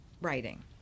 writing